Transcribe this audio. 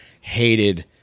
hated